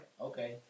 okay